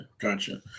Gotcha